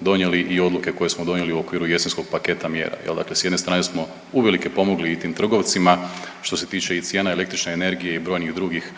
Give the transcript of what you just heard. donijeli i odluke koje smo donijeli u okviru jesenskog paketa mjera, jel dakle s jedne strane smo uvelike pomogli i tim trgovcima što se tiče i cijena električne energije i brojnih drugih